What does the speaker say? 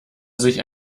sich